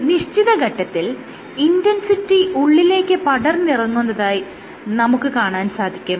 ഒരു നിശ്ചിത ഘട്ടത്തിൽ ഇന്റെൻസിറ്റി ഉള്ളിലേക്ക് പടർന്നിറങ്ങുന്നതായി നമുക്ക് കാണാൻ സാധിക്കും